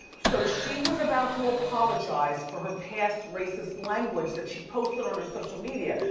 so, she was about to apologize for her past racist language that she posted on her social media.